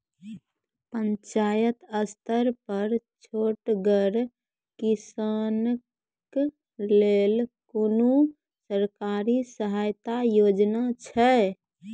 पंचायत स्तर पर छोटगर किसानक लेल कुनू सरकारी सहायता योजना छै?